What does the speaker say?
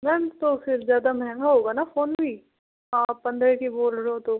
ma'am तो फ़िर ज़्यादा महंगा होगा न फ़ोन भी आप पंद्रह की बोल रहे हो तो